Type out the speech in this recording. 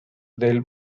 del